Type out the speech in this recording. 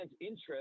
interest